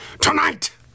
tonight